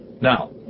Now